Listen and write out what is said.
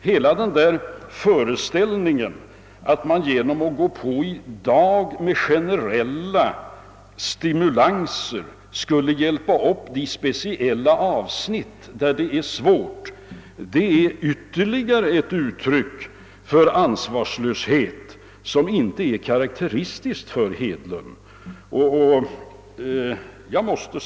Hela föreställningen att man genom att gå på i dag med generella stimulanser skulle hjälpa upp de speciella områden som har det besvärligt, det är ytterligare ett uttryck för ansvarslöshet som inte är karakteristisk för herr Hedlund.